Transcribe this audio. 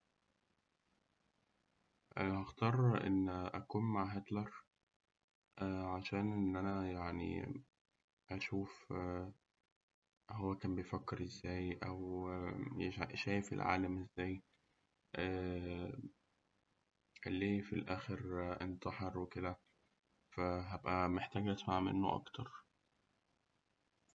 هأختار إن أكون مع هتلر عشان إن أنا يعني أشوف هو كان بيفكر إزاي؟ أو شايف العالم إزاي؟ ليه في الآخر انتحر وكده؟ فهأبقى محتاج أسمع منه أكتر.